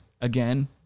again